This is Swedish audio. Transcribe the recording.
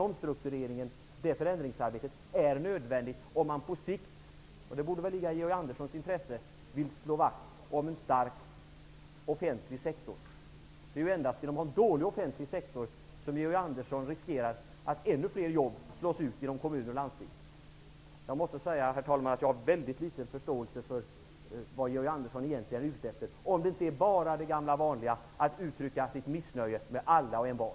Omstruktureringen och förändringsarbetet är nödvändigt om man på sikt vill slå vakt om en stark offentlig sektor, och det borde ligga i Georg Anderssons intresse. Det är endast genom en dålig offentlig sektor som Georg Andersson riskerar att ännu fler jobb slås ut i kommuner och landsting. Herr talman! Jag måste säga att jag har mycket liten förståelse för vad Georg Andersson egentligen är ute efter, om det inte bara gäller det gamla vanliga att han vill uttrycka sitt missnöje med alla och envar.